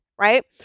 right